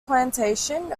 plantation